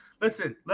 Listen